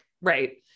Right